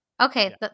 Okay